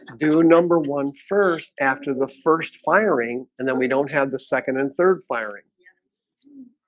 do number one first after the first firing and then we don't have the second and third firing yeah